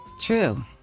True